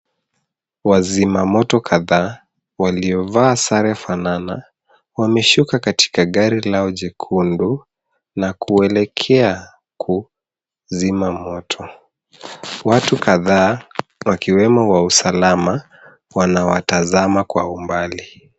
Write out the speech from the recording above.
Wazima moto kadhaa waliovaa sare fanana wameshuka katika gari lao jekundu na kuelekea kuzima moto, watu kadhaa wakiwemo wa usalama wanawatazama kwa umbali.